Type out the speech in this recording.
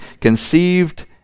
conceived